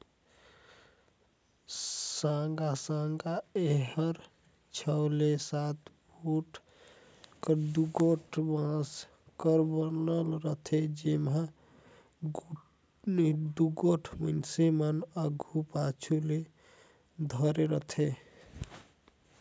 साँगा साँगा एहर छव ले सात फुट कर दुगोट बांस कर बनल रहथे, जेम्हा दुगोट मइनसे मन आघु पाछू ले धरे रहथे